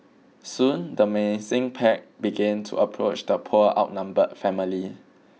soon the menacing pack began to approach the poor outnumbered family